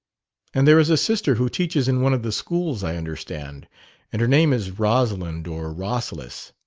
and there is a sister who teaches in one of the schools, i understand and her name is rosalind, or rosalys.